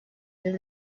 than